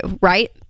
right